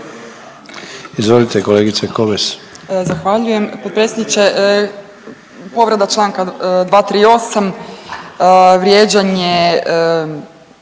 Izvolite kolegice Komes.